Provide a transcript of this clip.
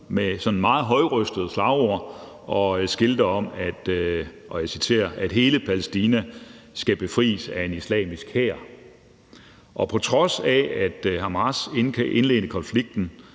med meget højrøstede slagord og skilte om, at – og jeg citerer – hele Palæstina skal befries af en islamisk hær. På trods af at Hamas indledte konflikten